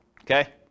Okay